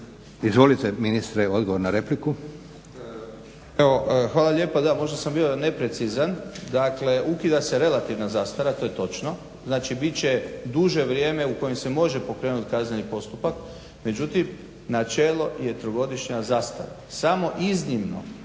Izvolite ministre odgovor na repliku.